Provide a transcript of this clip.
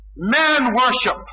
Man-worship